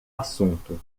assunto